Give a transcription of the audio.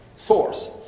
Force